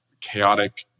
chaotic